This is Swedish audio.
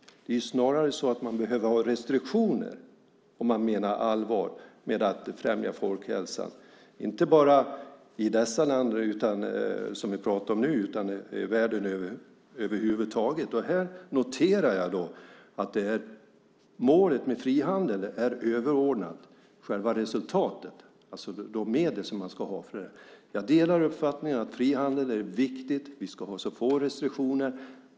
Det är snarare så att man behöver ha restriktioner om man menar allvar med att främja folkhälsan, inte bara i de länder som vi pratar om nu utan i världen över huvud taget. Här noterar jag att målet med frihandel är överordnat själva resultatet, alltså de medel som man ska ha. Jag delar uppfattningen att frihandel är viktigt. Vi ska ha få restriktioner.